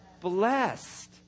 blessed